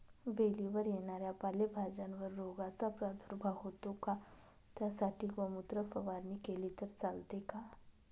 वेलीवर येणाऱ्या पालेभाज्यांवर रोगाचा प्रादुर्भाव होतो का? त्यासाठी गोमूत्र फवारणी केली तर चालते का?